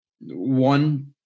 one